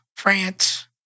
france